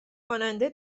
خواننده